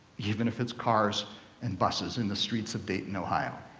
even if it's cars and buses in the streets of dayton, ohio.